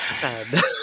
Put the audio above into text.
sad